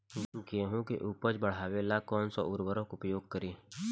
गेहूँ के उपज बढ़ावेला कौन सा उर्वरक उपयोग करीं?